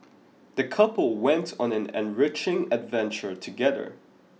the couple went on an enriching adventure together